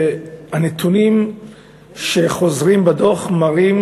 והנתונים שחוזרים בדוח לא מראים,